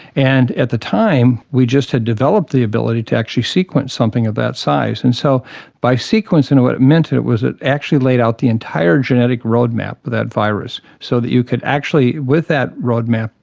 and at the time we just had developed the ability to actually sequence something of that size. and so by sequencing it what it meant was it actually laid out the entire genetic roadmap of that virus so that you could actually, with that roadmap,